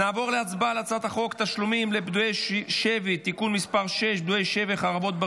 נעבור להצבעה על הצעת חוק תשלומים לפדויי שבי (תיקון מס' 6) (פדויי